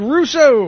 Russo